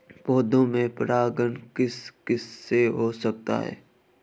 पौधों में परागण किस किससे हो सकता है?